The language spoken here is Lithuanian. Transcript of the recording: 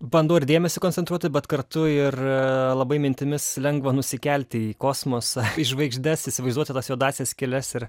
bandau ir dėmesį koncentruoti bet kartu ir labai mintimis lengva nusikelti į kosmosą į žvaigždes įsivaizduoti tas juodąsias skyles ir